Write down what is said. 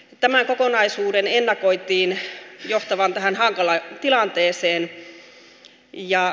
tämän kokonaisuuden ennakoitiin johtavan tähän hankalaan tilanteeseen